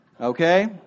Okay